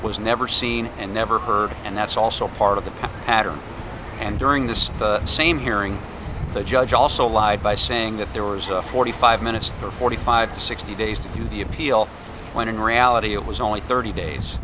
was never seen and never heard and that's also part of the pattern and during this same hearing the judge also lied by saying that there was a forty five minutes for forty five to sixty days to do the appeal when in reality it was only thirty days